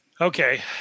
Okay